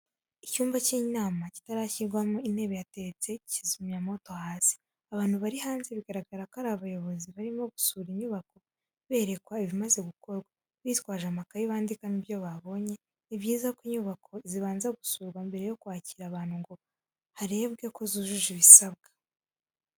Icyumba cy'inama kitarashyirwamo intebe hateretse kizimyamwoto hasi, abantu bari hanze bigaragara ko ari abayobozi barimo gusura inyubako berekwa ibimaze gukorwa, bitwaje amakaye bandikamo ibyo babonye, ni byiza ko inyubako zibanza gusurwa mbere yo kwakira abantu ngo harebwe ko zujuje ibisabwa.